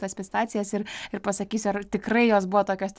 tas pistacijas ir ir pasakysiu ar tikrai jos buvo tokios